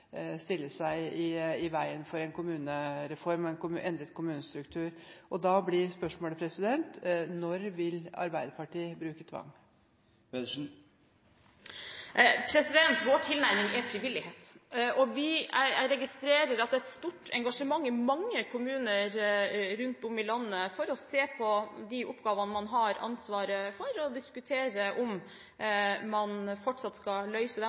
Da blir spørsmålet: Når vil Arbeiderpartiet bruke tvang? Vår tilnærming er frivillighet. Jeg registrerer at det er stort engasjement i mange kommuner rundt om i landet for å se på de oppgavene man har ansvaret for, og diskutere om man fortsatt skal løse dem